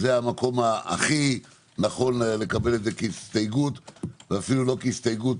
בהקשר הזה אנו חייבים להתקדם למיצוי של לפחות 90%. אחרת לא עשינו דבר.